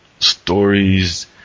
stories